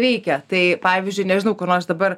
veikia tai pavyzdžiui nežinau kur nors dabar